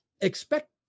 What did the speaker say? expect